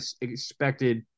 expected